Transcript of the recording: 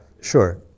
Sure